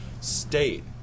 state